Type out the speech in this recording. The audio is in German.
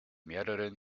mehreren